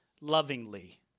lovingly